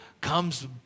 comes